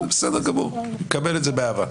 בסדר גמור, אני מקבל את זה באהבה.